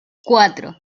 cuatro